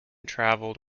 traveled